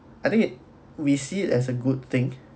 I think it we see it as a good thing